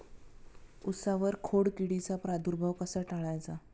उसावर खोडकिडीचा प्रादुर्भाव कसा टाळायचा?